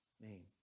name